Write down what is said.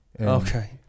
Okay